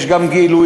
יש גם גילויים,